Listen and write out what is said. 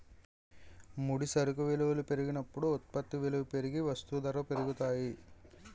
ముడి సరుకు విలువల పెరిగినప్పుడు ఉత్పత్తి విలువ పెరిగి వస్తూ ధరలు పెరుగుతాయి